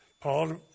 Paul